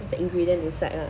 the ingredient inside lah